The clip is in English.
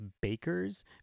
bakers